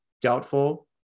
doubtful